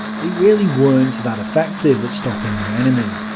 they really weren't that effective at stopping the enemy.